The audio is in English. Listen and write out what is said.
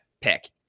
pick